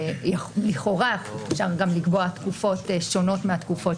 ולכאורה אפשר גם לקבוע תקופות שונות מהתקופות